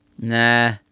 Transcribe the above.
Nah